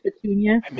Petunia